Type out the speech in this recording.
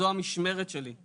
זו המשמרת שלי,